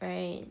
right